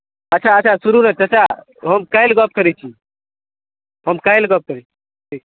अच्छा अच्छा सुनू ने चचा हम काल्हि गप करैत छी हम काल्हि गप करैत छी ठीक